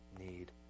need